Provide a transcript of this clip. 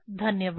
धन्यवाद